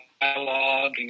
dialogue